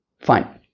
Fine